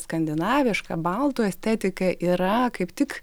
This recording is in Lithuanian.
skandinaviška baltų estetika yra kaip tik